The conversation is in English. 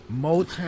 Motown